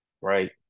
Right